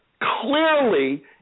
clearly